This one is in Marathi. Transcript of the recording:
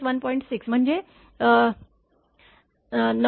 6 म्हणजे 998